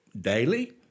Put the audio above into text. daily